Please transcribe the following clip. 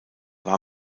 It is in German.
war